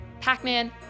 Pac-Man